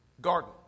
garden